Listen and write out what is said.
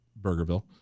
Burgerville